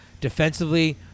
defensively